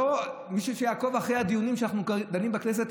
מישהו שיעקוב אחרי הדיונים שאנחנו מקיימים בכנסת.